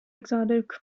exotic